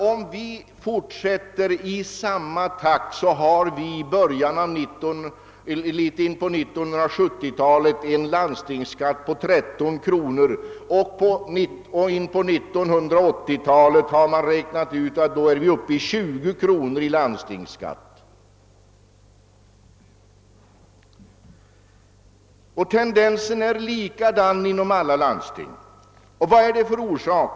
Om vi fortsätter i samma takt får vi en bit in på 1970-talet en landstings skatt på 13 kronor, och man har räknat ut att vi på 1980-talet är uppe i en landstingsskatt på 20 kronor. Tendensen är likadan inom alla landsting. Vad är orsakerna till detta?